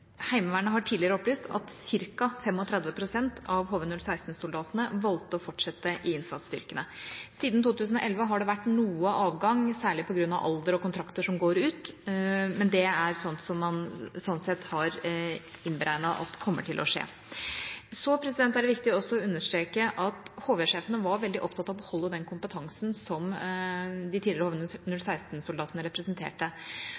Heimevernet har tidligere opplyst at ca. 35 pst. av HV-016-soldatene valgte å fortsette i innsatsstyrkene. Siden 2011 har det vært noe avgang, særlig på grunn av alder og kontrakter som går ut, men det er sånt som man sånn sett har innberegnet at kommer til å skje. Så er det viktig også å understreke at HV-sjefene var veldig opptatt av å beholde den kompetansen som de tidligere